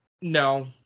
no